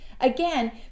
Again